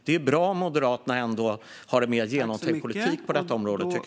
Det vore bra om Moderaterna hade en mer genomtänkt politik på detta område.